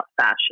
fashion